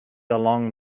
along